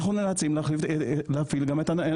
אז אנחנו נאלצים להפעיל גם את הנוספות.